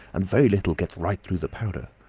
and very little gets right through the powder.